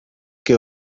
que